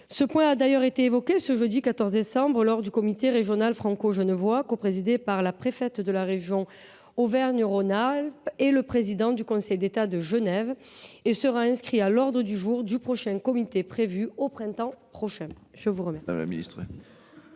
Ce point a d’ailleurs été évoqué le jeudi 14 décembre 2023 lors du comité régional franco genevois, coprésidé par la préfète de la région Auvergne Rhône Alpes et le président du Conseil d’État du canton de Genève, et sera inscrit à l’ordre du jour du prochain comité prévu au printemps 2024.